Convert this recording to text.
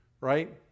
right